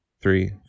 three